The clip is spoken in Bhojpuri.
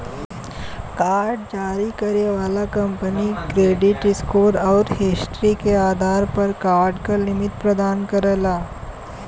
कार्ड जारी करे वाला कंपनी क्रेडिट स्कोर आउर हिस्ट्री के आधार पर कार्ड क लिमिट प्रदान करला